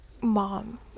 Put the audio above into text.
mom